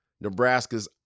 Nebraska's